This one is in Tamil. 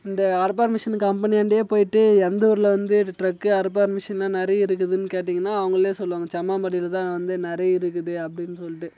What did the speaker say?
இந்த அறுப்பார் மிஷின் கம்பெனியாண்டையே போயிட்டு எந்த ஊரில் வந்து ட்ரக் அறுப்பார் மிஷின் இன்னும் நிறைய இருக்குதுன்னு கேட்டீங்கன்னா அவங்களே சொல்வாங்க சம்மாம்பேட்டையில தான் வந்து நிறைய இருக்குது அப்படின்னு சொல்லிட்டு